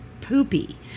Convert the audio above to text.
poopy